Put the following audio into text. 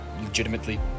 legitimately